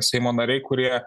seimo nariai kurie